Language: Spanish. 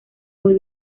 muy